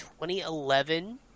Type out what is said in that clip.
2011